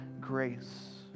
grace